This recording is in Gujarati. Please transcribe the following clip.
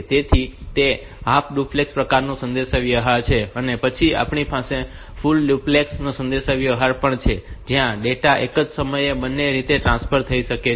તેથી તે હાફ ડુપ્લેક્સ પ્રકારનો સંદેશાવ્યવહાર છે અને પછી આપણી પાસે ફૂલ ડુપ્લેક્સ સંદેશાવ્યવહાર પણ છે જ્યાં ડેટા એક જ સમયે બંને રીતે ટ્રાન્સફર થઈ શકે છે